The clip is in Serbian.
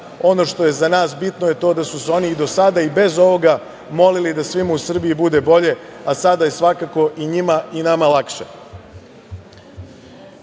Ono što je za nas bitno je to da su se oni i do sada i bez ovoga molili da svima u Srbiji bude bolje, a sada je svakako i njima i nama lakše. Želim